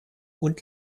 und